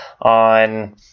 on